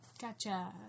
Gotcha